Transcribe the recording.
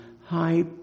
high